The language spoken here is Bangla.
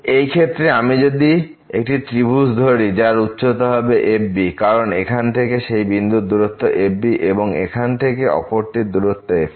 এই ক্ষেত্রে আমি যদি একটি ত্রিভুজ ধরি যার উচ্চতা হবে f কারণ এখান থেকে সেই বিন্দুর দূরত্ব f এবং এখান থেকে অপরটি দূরত্ব f